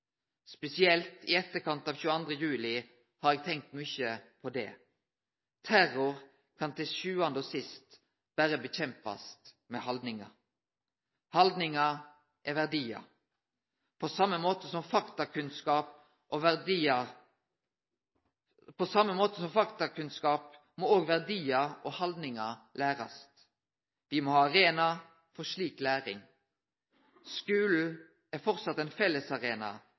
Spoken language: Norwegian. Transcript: Spesielt i etterkant av 22. juli har eg tenkt mykje på det. Terror kan ein til sjuande og sist berre kjempe mot med handlingar. Haldningar er verdiar. På same måte som faktakunnskap må òg verdiar og haldningar lærast. Me må ha arenaer for slik læring. Skulen er framleis ein fellesarena